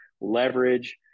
leverage